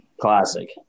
classic